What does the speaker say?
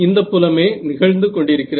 இந்த புலமே நிகழ்ந்துகொண்டிருக்கிறது